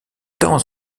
temps